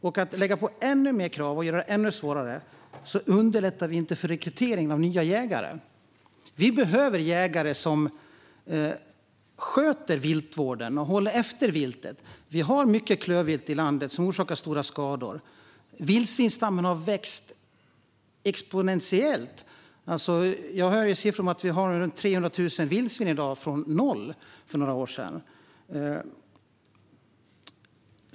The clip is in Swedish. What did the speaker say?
Om vi lägger på ännu fler krav och gör det ännu svårare underlättar vi inte rekrytering av nya jägare. Vi behöver jägare som sköter viltvården och håller efter viltet. Vi har mycket klövvilt i landet, som orsakar stora skador. Vildsvinsstammen har vuxit exponentiellt. Jag hör att vi har runt 300 000 vildsvin i dag jämfört med noll för några år sedan.